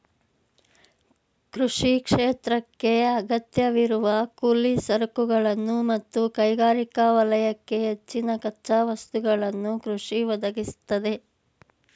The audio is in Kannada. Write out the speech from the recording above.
ಕೃಷಿ ಕ್ಷೇತ್ರಕ್ಕೇ ಅಗತ್ಯವಿರುವ ಕೂಲಿ ಸರಕುಗಳನ್ನು ಮತ್ತು ಕೈಗಾರಿಕಾ ವಲಯಕ್ಕೆ ಹೆಚ್ಚಿನ ಕಚ್ಚಾ ವಸ್ತುಗಳನ್ನು ಕೃಷಿ ಒದಗಿಸ್ತದೆ